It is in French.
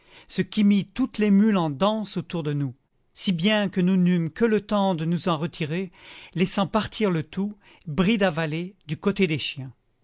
ce qui mit toutes les mules en danse autour de nous si bien que nous n'eûmes que le temps de nous en retirer laissant partir le tout bride avalée du côté des chiens